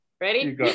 Ready